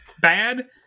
bad